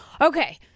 Okay